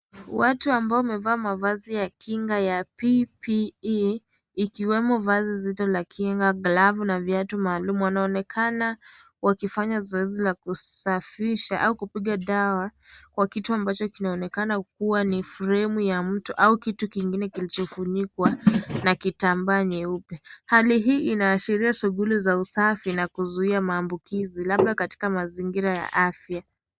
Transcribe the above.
Watu ambao wamevaa mavazi ya kinga ya PPE ikiwemo vazi zote la kinga glavu na viatu maalum . Wanaonekana wakifanya zoezi la kusafisha au kupiga dawa kwa kitu ambacho kinaonekana kuwa ni fremu ya mtu au kitu kingine kilichofunikwa na kitambaa nyeupe . Hali hii inaashiria shughuli za usafi na kuzuia maambukizi labda katika mazingira ya afya .